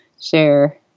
share